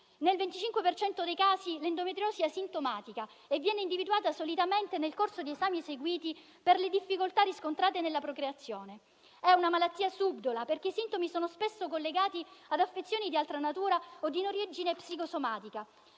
cento dei casi l'endometriosi è asintomatica e viene individuata solitamente nel corso di esami eseguiti per le difficoltà riscontrate nella procreazione. È una malattia subdola, perché i sintomi sono spesso collegati ad affezioni di altra natura o di origine psicosomatica.